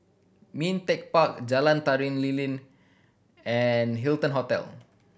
Ming Teck Park Jalan Tari Lilin and Hilton Hotel